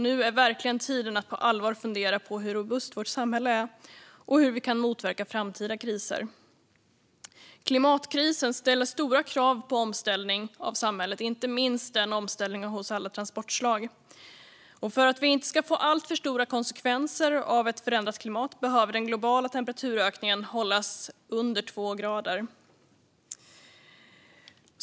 Nu är verkligen rätt tid att på allvar fundera på hur robust vårt samhälle är och hur vi kan motverka framtida kriser. Klimatkrisen ställer stora krav på omställning av samhället, inte minst omställningen av alla transportslag. För att det inte ska bli alltför stora konsekvenser av ett förändrat klimat behöver den globala temperaturhöjningen hållas under två grader.